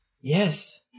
Yes